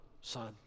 son